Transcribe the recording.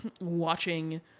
watching